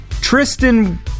Tristan